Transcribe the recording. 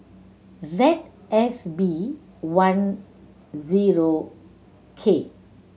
Z S B one zero K